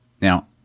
Now